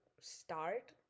start